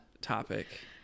...topic